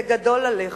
זה גדול עליך.